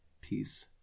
Peace